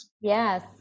Yes